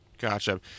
Gotcha